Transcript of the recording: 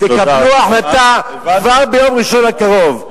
תקבלו החלטה כבר ביום ראשון הקרוב.